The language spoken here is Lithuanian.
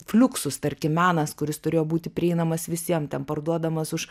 fliuksus tarkim menas kuris turėjo būti prieinamas visiem ten parduodamas už